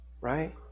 right